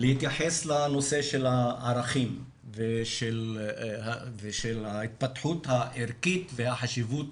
להתייחס לנושא של הערכים ושל ההתפתחות הערכית והחשיבות